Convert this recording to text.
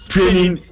Training